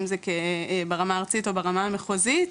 אם זה ברמה הארצית או ברמה המחוזית,